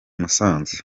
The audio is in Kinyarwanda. musanze